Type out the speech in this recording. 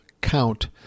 count